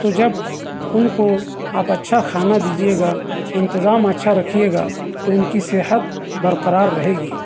تو جب اُن کو آپ اچھا کھانا دیجئے گا انتظام اچھا رکھیے گا تو اُن کی صحت بر قرار رہے گی